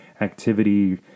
activity